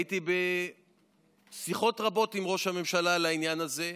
הייתי בשיחות רבות עם ראש הממשלה על העניין הזה,